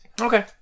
Okay